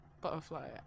butterfly